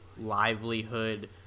livelihood